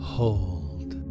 hold